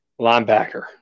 linebacker